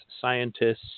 scientists